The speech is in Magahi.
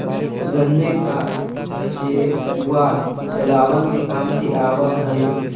गन्ने का चेपुआ जलावन के काम भी आवा हई